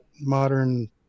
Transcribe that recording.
modern